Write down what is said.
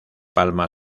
palma